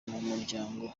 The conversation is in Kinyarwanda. muryango